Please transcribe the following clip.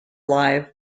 live